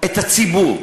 את הציבור,